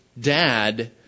dad